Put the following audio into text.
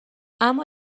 اما